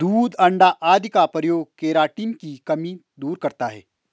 दूध अण्डा आदि का प्रयोग केराटिन की कमी दूर करता है